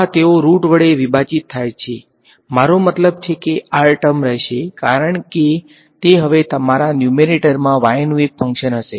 હા તેઓ રુટ વડે વિભાજિત થાય છે મારો મતલબ છે કે r ટર્મ રહેશે કારણ કે તે હવે તમારા ન્યુમેરેટરમા y નું એક ફંકશન હશે